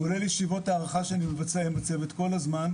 כולל שיחור הערכה שאני מבצע עם המוות כל הזמן,